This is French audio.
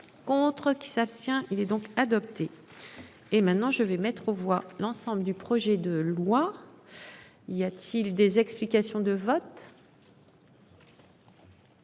Contre qui s'abstient. Il est donc adopté. Et maintenant je vais mettre aux voix l'ensemble du projet de loi. Y a-t-il des explications de vote.